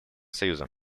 союза